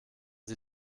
sie